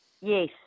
Yes